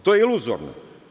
To je iluzorno.